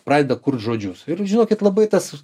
pradeda kurt žodžius žinokit labai tas